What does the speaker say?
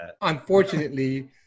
Unfortunately